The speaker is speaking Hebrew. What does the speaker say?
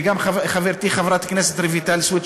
וגם חברתי חברת הכנסת רויטל סויד,